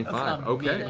okay.